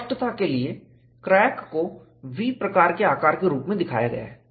स्पष्टता के लिए क्रैक को V प्रकार के आकार के रूप में दिखाया गया है